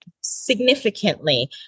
significantly